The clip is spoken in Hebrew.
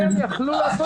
הם יכלו לעשות.